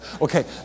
okay